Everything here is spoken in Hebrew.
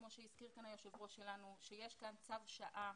כמו שהזכיר כאן היושב ראש שלנו, שיש כאן צו שעה,